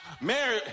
Mary